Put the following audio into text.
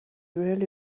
really